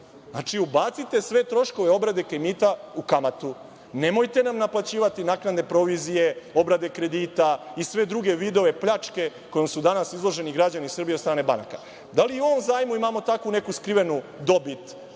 Znači, ubacite sve troškove obrade kredita u kamatu, nemojte nam naplaćivati naknadne provizije, obrade kredita i sve druge vidove pljačke kojima su danas izloženi građani Srbije od strane banaka. Da li u ovom zajmu imamo tako neku skrivenu dobit